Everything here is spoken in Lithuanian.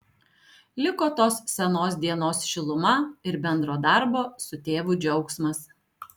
liko tos senos dienos šiluma ir bendro darbo su tėvu džiaugsmas